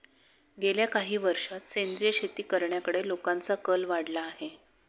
गेल्या काही वर्षांत सेंद्रिय शेती करण्याकडे लोकांचा कल वाढला आहे